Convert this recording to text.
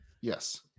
Yes